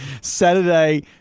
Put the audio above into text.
Saturday